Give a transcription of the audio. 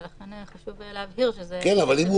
ולכן רצינו להבהיר --- אבל אם הוא